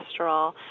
cholesterol